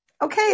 okay